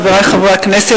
חברי חברי הכנסת,